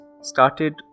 started